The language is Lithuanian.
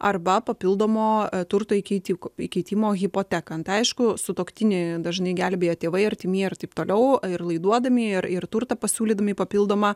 arba papildomo turto įkeitiko įkeitimo į hipoteką nu aišku sutuoktinį dažnai gelbėja tėvai artimieji ir taip toliau ir laiduodami ir ir turtą pasiūlydami papildomą